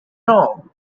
wrong